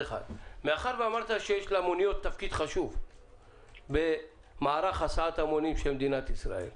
מאחר שאמרת שיש למוניות תפקיד חשוב במערך הסעת ההמונים של מדינת ישראל,